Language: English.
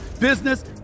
business